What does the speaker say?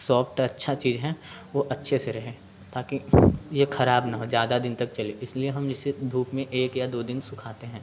soft अच्छा चीज़ है वो अच्छे से रहे ताकि ये खराब ना हो ज़्यादा दिन तक चले इसलिए हम इसे धूप में एक या दो दिन सूखते हैं